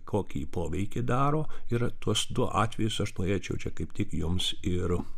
kokį poveikį daro yra tuos du atvejus aš norėčiau čia kaip tik jums ir